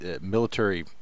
military